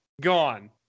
gone